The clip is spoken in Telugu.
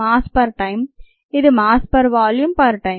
మాస్ పర్ టైం ఇది mass per volume per time